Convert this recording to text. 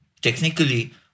technically